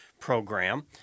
program